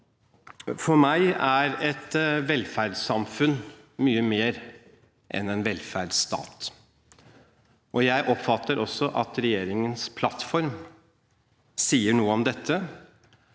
For meg er et velferdssamfunn mye mer enn en velferdsstat. Jeg oppfatter også at regjeringens plattform sier noe om dette,